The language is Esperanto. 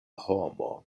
homo